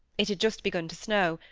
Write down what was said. it had just begun to snow,